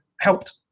helped